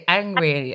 angry